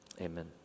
Amen